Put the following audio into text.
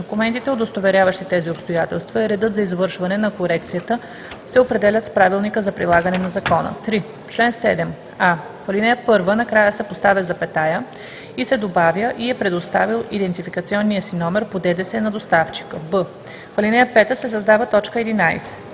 Документите, удостоверяващи тези обстоятелства, и редът за извършване на корекцията се определят с правилника за прилагане на закона.“ 3. В чл. 7: а) в ал. 1 накрая се поставя запетая и се добавя „и е предоставил идентификационния си номер по ДДС на доставчика“; б) в ал. 5 се създава т. 11: